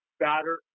batter